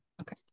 okay